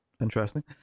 Interesting